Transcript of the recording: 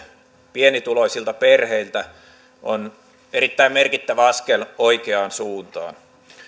pienituloisilta perheiltä on erittäin merkittävä askel oikeaan suuntaan